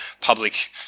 public